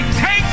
take